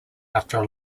after